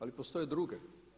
Ali postoje druge.